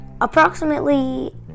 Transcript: approximately